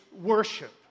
worship